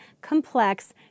complex